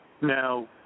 Now